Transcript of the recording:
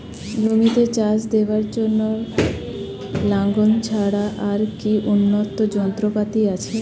জমিতে চাষ দেওয়ার জন্য লাঙ্গল ছাড়া আর কি উন্নত যন্ত্রপাতি আছে?